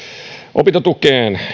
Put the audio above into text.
opintotukeen